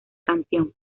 campeón